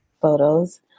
photos